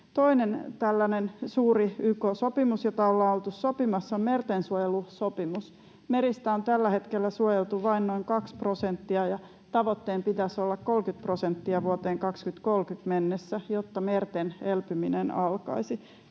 tällainen suuri YK-sopimus, jota ollaan oltu sopimassa, on mertensuojelusopimus. Meristä on tällä hetkellä suojeltu vain noin 2 prosenttia, ja tavoitteen pitäisi olla 30 prosenttia vuoteen 2030 mennessä, jotta merten elpyminen alkaisi.